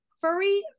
furry